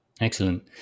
Excellent